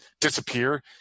disappear